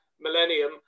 millennium